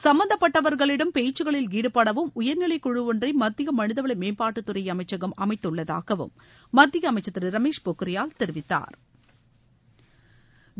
சம்மந்தப்பட்டவர்களிடம் பேச்சுகளில் ஈடுபடவும் உயர்நிலை குழு ஒன்றை மத்திய மனிதவள மேம்பாட்டுத் துறை அமைச்சகம் அமைத்துள்ளதாகவும் மத்திய அமைச்சர் திரு ரமேஷ் பொக்ரியால் தெரிவித்தாா்